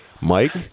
Mike